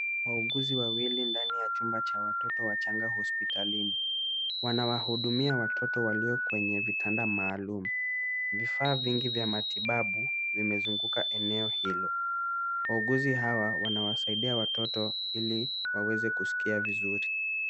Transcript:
Wauguzi wawili ndani ya chumba cha watoto wachanga hospitalini, wanawahudumia watoto walio kwenye vitanda maalum. Vifaa vingi vya matibabu vimezunguka eneo hilo. Wauguzi hawa, wanawasaidia watoto ili waweze kuskia vizuri.